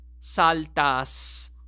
saltas